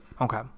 Okay